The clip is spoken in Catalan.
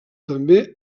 també